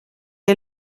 est